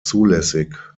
zulässig